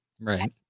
right